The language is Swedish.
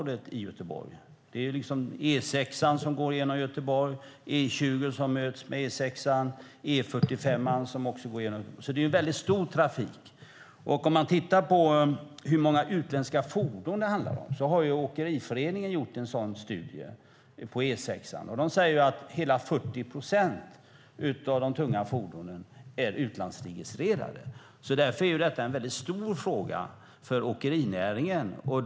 Det är E6 som går genom Göteborg. Det är E20 som möts med E6, och det är E45. Det är alltså väldigt stor trafik. Åkeriföreningen har gjort en studie på hur många utländska fordon det handlar om på E6:an. Man säger att hela 40 procent av de tunga fordonen är utlandsregistrerade. Detta är därför en stor fråga för åkerinäringen.